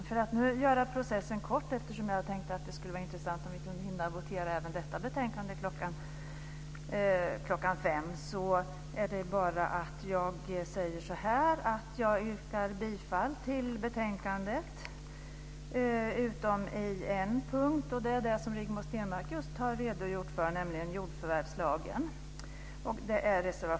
Fru talman! Jag tänkte att det skulle vara intressant om vi kunde hinna votera även detta betänkande klockan fem i dag. För att göra processen kort yrkar jag bifall till utskottets hemställan utom på en punkt. Det gäller det som Rigmor Stenmark just har redogjort för, nämligen jordförvärvslagen.